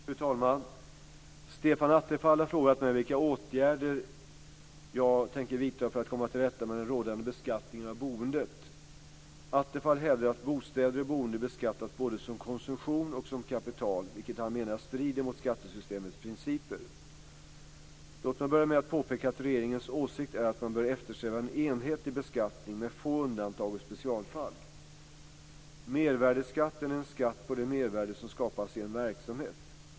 Fru talman! Stefan Attefall har frågat mig vilka åtgärder jag tänker vidta för att komma till rätta med den rådande beskattningen av boendet. Attefall hävdar att bostäder och boende beskattas både som konsumtion och som kapital, vilket han menar strider mot skattesystemets principer. Låt mig börja med att påpeka att regeringens åsikt är att man bör eftersträva en enhetlig beskattning med få undantag och specialfall. Mervärdesskatten är en skatt på det mervärde som skapas i en verksamhet.